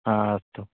हा अस्तु